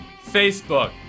Facebook